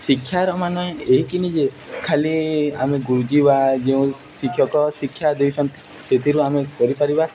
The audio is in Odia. ଶିକ୍ଷାର ମାନେ ଏହିକି ନି ଯେ ଖାଲି ଆମେ ଗୁରୁଜୀ ବା ଯେଉଁ ଶିକ୍ଷକ ଶିକ୍ଷା ଦେଇଛନ୍ତି ସେଥିରୁ ଆମେ କରିପାରିବା